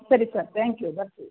ಸರಿ sir thank you ಬರ್ತೀವಿ